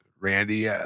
Randy